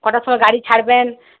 কটার সময় গাড়ি ছাড়বেন